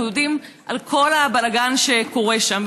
אנחנו יודעים על כל הבלגן שקורה שם.